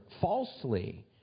falsely